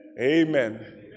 Amen